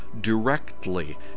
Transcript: directly